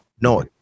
no